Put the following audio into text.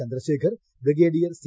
Chandrasekhar brigadier C